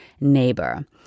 neighbor